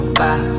bye